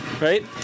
right